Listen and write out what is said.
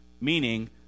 Meaning